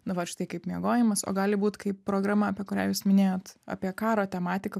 nu vat štai kaip miegojimas o gali būt kaip programa apie kurią jūs minėjot apie karo tematiką